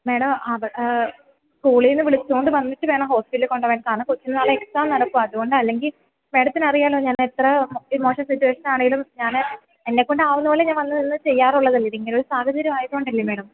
madam അവ സ്കൂളിൽ നിന്നു വിളിച്ചു കൊണ്ടു വന്നിട്ടു വേണം ഹോസ്പിറ്റലിൽ കൊണ്ടു പോകാൻ കാരണം കൊച്ചിന് നാളെ എക്സാം നടക്കുകയാണ് അതു കൊണ്ടാണ് അല്ലെങ്കിൽ മേഡത്തിനറിയാമല്ലോ ഞാൻ എത്ര ഇമോഷണൽ സിറ്റുവേഷൻ ആണെങ്കിലും ഞാൻ എന്നെ കൊണ്ട് ആകുന്നതു പോലെ ഞാൻ വന്നു നിന്ന് ചെയ്യാറുള്ളതല്ലേ ഇത് സാഹചര്യം ആയതു കൊണ്ട് അല്ലെ മേഡം